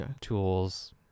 tools